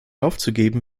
aufzugeben